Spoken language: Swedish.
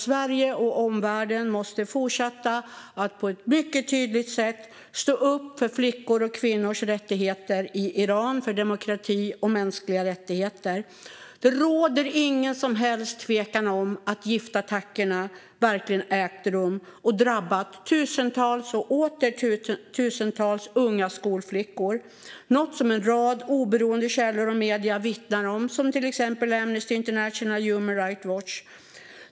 Sverige och omvärlden måste fortsätta att på ett mycket tydligt sätt stå upp för flickors och kvinnors rättigheter i Iran och för demokrati och mänskliga rättigheter. Det råder ingen som helst tvekan om att giftattackerna verkligen ägt rum och drabbat tusentals och åter tusentals unga skolflickor. Det är något som en rad oberoende källor och medier vittnar om som till exempel Amnesty International och Human Rights Watch.